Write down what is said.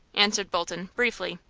answered bolton, briefly.